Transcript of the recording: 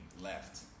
left